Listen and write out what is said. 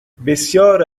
بسیار